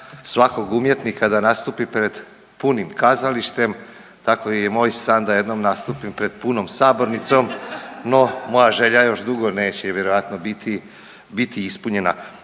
svakog umjetnika da nastupi pred punim kazalištem tako je moj san da jednom nastupim pred punom sabornicom, no moja želja još dugo neće i vjerojatno biti, biti ispunjena.